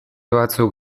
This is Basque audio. batzuk